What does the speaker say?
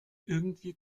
irgendwie